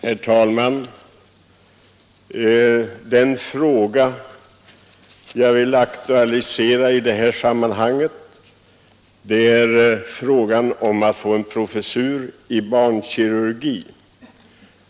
Herr talman! Den fråga som jag vill aktualisera i detta sammanhang är inrättandet av en professur i barnkirurgi.